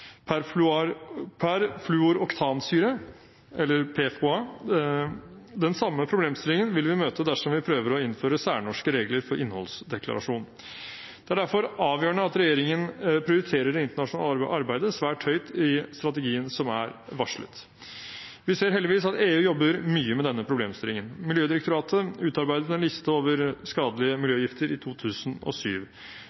PFOA. Den samme problemstillingen vil vi møte dersom vi prøver å innføre særnorske regler for innholdsdeklarasjon. Det er derfor avgjørende at regjeringen prioriterer det internasjonale arbeidet svært høyt i strategien som er varslet. Vi ser heldigvis at EU jobber mye med denne problemstillingen. Miljødirektoratet utarbeidet i 2007 en liste over skadelige miljøgifter. De fleste av disse stoffene er i